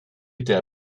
était